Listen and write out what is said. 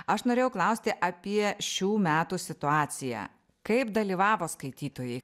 aš norėjau klausti apie šių metų situaciją kaip dalyvavo skaitytojai